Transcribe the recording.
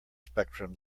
spectrum